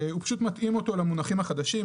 הוא פשוט מתאים אותו למונחים החדשים.